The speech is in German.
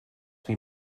wie